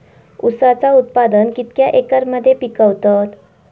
ऊसाचा उत्पादन कितक्या एकर मध्ये पिकवतत?